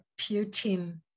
Putin